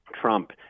Trump